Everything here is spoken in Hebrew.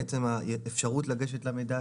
עצם האפשרות לגשת למידע,